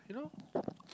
you know